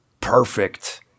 perfect